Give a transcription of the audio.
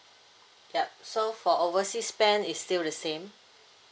yup so for overseas spend it's still the same